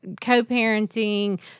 co-parenting